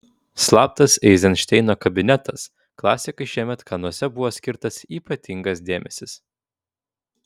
slaptas eizenšteino kabinetas klasikai šiemet kanuose buvo skirtas ypatingas dėmesys